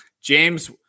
James